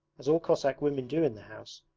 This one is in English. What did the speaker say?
as all cossack women do in the house,